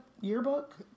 yearbook